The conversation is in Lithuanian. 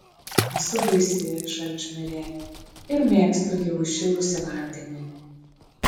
esu baisi šalčmirė ir mėgstu jau įšilusį vandenį